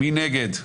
מי נמנע?